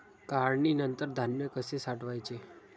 काढणीनंतर धान्य कसे साठवायचे?